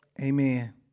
Amen